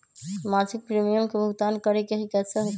मासिक प्रीमियम के भुगतान करे के हई कैसे होतई?